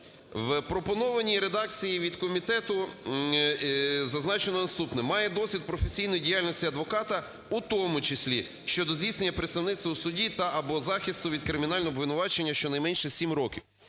В пропонованій редакції від комітету зазначено наступне: "Має досвід професійної діяльності адвоката, у тому числі щодо здійснення представництва у суді та/або захисту від кримінального обвинувачення щонайменше сім років".